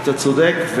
אתה צודק.